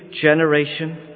generation